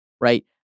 right